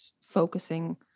focusing